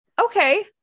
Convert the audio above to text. Okay